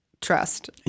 trust